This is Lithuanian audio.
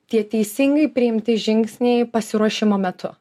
tie teisingai priimti žingsniai pasiruošimo metu